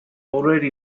already